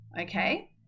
Okay